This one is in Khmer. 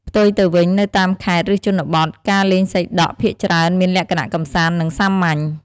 ផ្ទុយទៅវិញ នៅតាមខេត្ត ឬជនបទ ការលេងសីដក់ភាគច្រើនមាន លក្ខណៈកម្សាន្ត និងសាមញ្ញ។